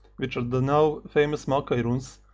which are the now famous maokai runes,